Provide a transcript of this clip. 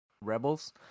Rebels